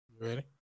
ready